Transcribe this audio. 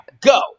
Go